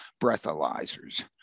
breathalyzers